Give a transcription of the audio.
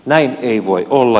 näin ei voi olla